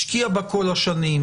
השקיע בה כל השנים,